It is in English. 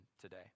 today